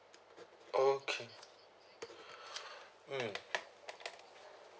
okay mm